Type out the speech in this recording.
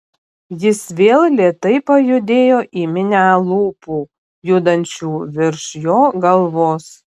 jis vėl lėtai pajudėjo į minią lūpų judančių virš jo galvos